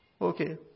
Okay